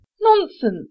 Nonsense